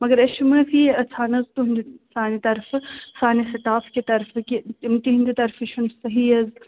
مگر أسۍ چھِ معٲفی یَژھان حظ تُہٕنٛدِ سانہِ طرفہٕ سانہِ سِٹاف کہِ طرفہٕ کہِ تِہٕنٛدِ طرفہٕ چھُ نہٕ صحیح حظ